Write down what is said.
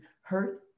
hurt